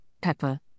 pepper